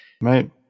right